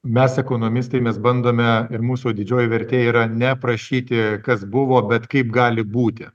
mes ekonomistai mes bandome ir mūsų didžioji vertė yra ne prašyti kas buvo bet kaip gali būti